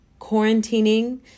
quarantining